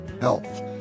Health